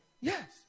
Yes